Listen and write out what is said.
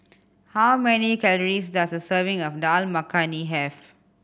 how many calories does a serving of Dal Makhani have